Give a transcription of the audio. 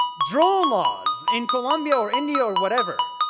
drone laws in colombia or india or whatever.